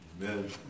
Amen